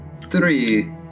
Three